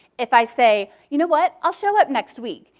if i say, you know what, i'll show up next week,